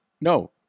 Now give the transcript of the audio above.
no